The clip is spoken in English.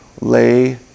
lay